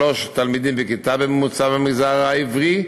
תלמידים בכיתה בממוצע במגזר העברי,